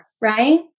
right